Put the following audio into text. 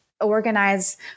organize